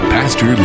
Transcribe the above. Pastor